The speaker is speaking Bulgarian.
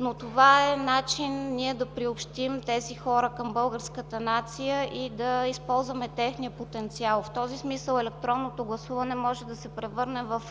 но това е начин да приобщим тези хора към българската нация и да използваме техния потенциал. В този смисъл електронното гласуване може да се превърне в